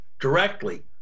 directly